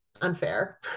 unfair